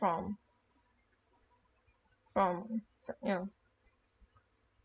from from s~ you know